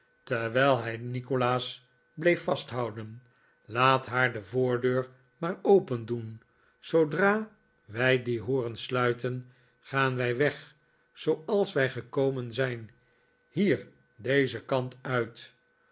terwijl hij nikolaas bleef vasthouden laat haar de voordeur maar opendoen zoodra wij die hooren sluiten gaan wij weg zooals wij gekomen zijn hier dezen kant uit